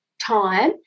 time